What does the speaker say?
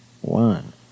one